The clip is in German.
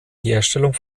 herstellung